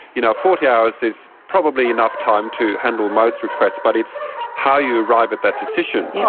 you know, forty hours is probably enough time to handle most requests, but it's how you arrive at that decision.